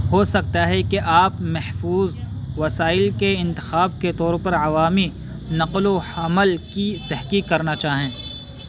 ہو سکتا ہے کہ آپ محفوظ وسائل کے انتخاب کے طور پر عوامی نقل و حمل کی تحقیق کرنا چاہیں